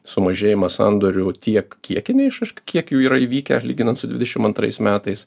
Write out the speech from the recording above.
sumažėjimą sandorių tiek kiekine išraiška kiek jų yra įvykę lyginant su dvidešimt antrais metais